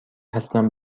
هستم